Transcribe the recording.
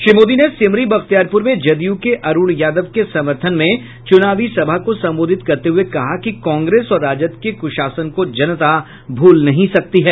श्री मोदी ने सिमरी बख्तियारपुर में जदयू के अरूण यादव के समर्थन में चुनावी सभा को संबोधित करते हुए कहा कि कांग्रेस और राजद के कुशासन को जनता भूल नहीं सकती है